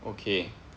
okay